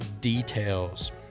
details